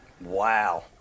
Wow